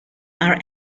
are